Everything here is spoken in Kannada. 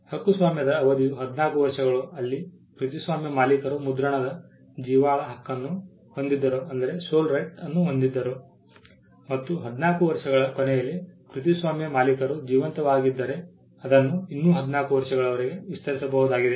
ಹಕ್ಕುಸ್ವಾಮ್ಯದ ಅವಧಿಯು 14 ವರ್ಷಗಳು ಅಲ್ಲಿ ಕೃತಿಸ್ವಾಮ್ಯ ಮಾಲೀಕರು ಮುದ್ರಣದ ಜೀವಾಳ ಹಕ್ಕನ್ನು ಹೊಂದಿದ್ದರು ಮತ್ತು 14 ವರ್ಷಗಳ ಕೊನೆಯಲ್ಲಿ ಕೃತಿಸ್ವಾಮ್ಯ ಮಾಲೀಕರು ಜೀವಂತವಾಗಿದ್ದರೆ ಅದನ್ನು ಇನ್ನೂ 14 ವರ್ಷಗಳವರೆಗೆ ವಿಸ್ತರಿಸಬಹುದಾಗಿದೆ